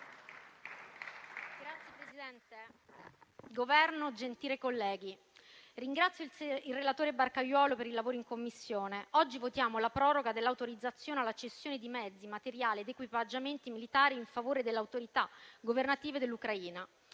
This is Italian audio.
membri del Governo, gentili colleghi, ringrazio il relatore Barcaiuolo per il lavoro svolto in Commissione. Oggi votiamo la proroga dell'autorizzazione alla cessione di mezzi, materiali ed equipaggiamenti militari in favore delle autorità governative dell'Ucraina.